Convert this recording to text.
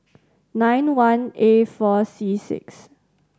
nine one A four C six